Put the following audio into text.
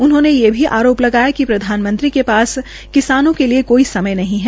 उन्होंने ये भी आरोप लगाया कि प्रधानमंत्री के पास किसानों के लिये कोई समय नहीं है